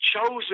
chosen